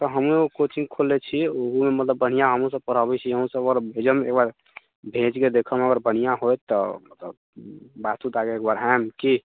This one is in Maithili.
तऽ हमरो कोचिङ्ग खोललै छिए ओहूमे मतलब बढ़िआँ हमहुँसब पढ़बै छिए हमहुँसब भेजैमे एकबेर भेजिकऽ देखैमे बढ़िआँ होइत तऽ बात उत आगे बढ़ाइम की